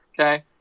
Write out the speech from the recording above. okay